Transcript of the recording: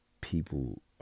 people